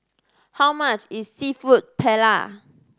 how much is Seafood Paella